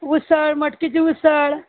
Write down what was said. उसळ मटकीची उसळ